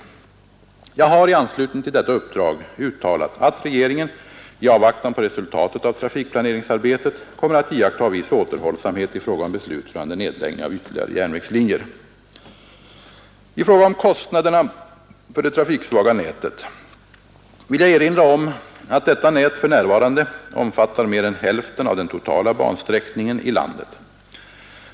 Jag har i anslutning till detta uppdrag uttalat, att regeringen — i avvaktan på resultatet av trafikplaneringsarbetet — kommer att iaktta viss återhållsamhet i fråga om beslut rörande nedläggning av ytterligare järnvägslinjer. I fråga om kostnaderna för det trafiksvaga nätet vill jag erinra om att detta nät för närvarande omfattar mer än hälften av den totala bansträckningen i landet.